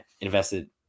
invested